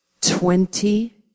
Twenty